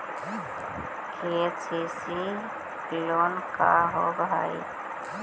KCC loan का होब हइ?